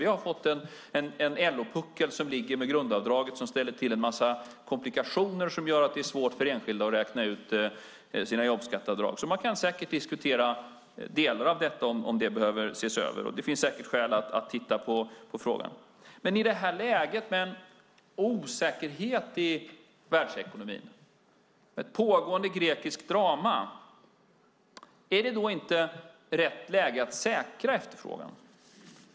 Vi har fått en LO-puckel med grundavdraget som ställer till en massa komplikationer, som gör att det är svårt för enskilda att räkna ut sina jobbskatteavdrag. Man kan säkert diskutera om delar av detta behöver ses över, och det finns säkert skäl att titta på frågan. Men nu har vi ett läge med en osäkerhet i världsekonomin och ett pågående grekiskt drama. Är det då inte rätt läge att säkra efterfrågan?